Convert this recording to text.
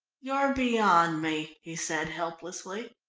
you're beyond me, he said, helplessly.